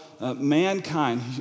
mankind